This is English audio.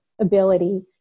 ability